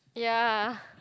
ya